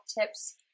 tips